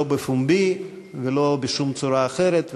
לא בפומבי ולא בשום צורה אחרת,